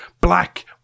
black